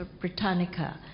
Britannica